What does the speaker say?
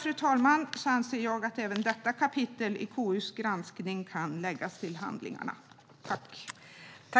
Med detta anser jag att även detta kapitel i KU:s granskning kan läggas till handlingarna.